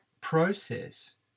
process